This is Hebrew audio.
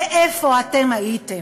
ואיפה אתם הייתם?